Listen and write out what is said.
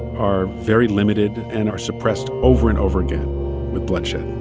are very limited and are suppressed over and over again with bloodshed